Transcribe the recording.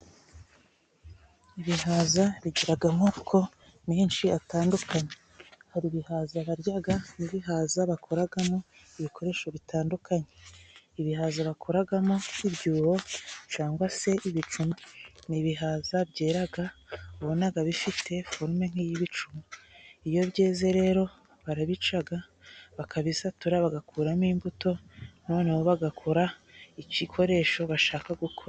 Ibihaza bigira amoko menshi atandukanye, hari ibihaza barya, bihaza bakoramo ibikoresho bitandukanye. Ibihaza bakoramo ibyuho cyangwa se ibicuma n'ibihaza byera ukabona bifite forume nk'iy'ibicuma. Iyo byeze rero barabicaga bakabisatura bagakuramo imbuto noneho bagakora ibikoresho bashaka gukora.